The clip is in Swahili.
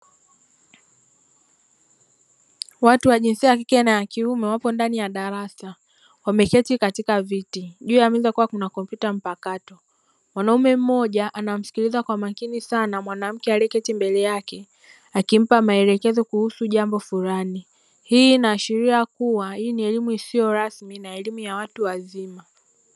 Watu wa jinsia ya kike na ya kiume wako ndani ya darasa wameketi katika viti, juu ya meza kukiwa kuna kompyuta mpakato. Mwanaume mmoja anamsikiliza kwa makini sana mwanamke aliyeketi mbele yake; akimpa maelekezo kuhusu jambo fulani. Hii inaashiria kuwa hii ni elimu isiyo rasmi na elimu ya watu wazima.